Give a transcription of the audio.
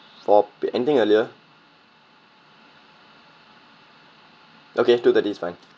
four anything earlier okay two thirty is fine